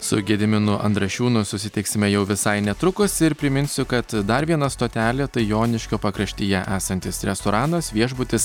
su gediminu andrašiūnu susitiksime jau visai netrukus ir priminsiu kad dar viena stotelė tai joniškio pakraštyje esantis restoranas viešbutis